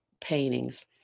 paintings